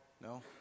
No